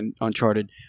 Uncharted